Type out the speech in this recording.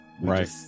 right